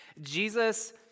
Jesus